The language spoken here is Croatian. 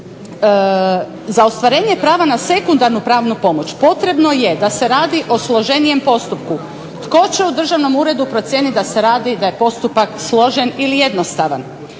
za ostvarenje prava na sekundarnu pravnu pomoć potrebno je da se radi o složenijem postupku. Tko će u državnom uredu procijeniti da se radi, da je postupak složen ili jednostavan.